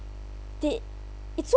they it's so